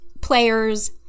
players